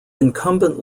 incumbent